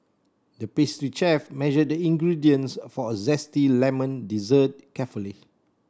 the pastry chef measured the ingredients for a zesty lemon dessert carefully